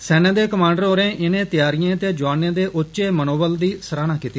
सेना दे कमांडर होरें इनें त्यारिएं ते जुआनें दे उच्चे मनोबल दी सराहना कीती